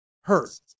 Hurt